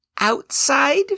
outside